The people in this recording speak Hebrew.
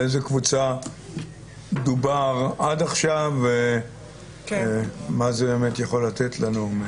על איזו קבוצה דובר עד עכשיו ומה זה יכול לתת לנו?